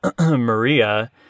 Maria